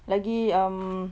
lagi um